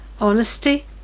honesty